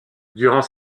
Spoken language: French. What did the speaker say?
durant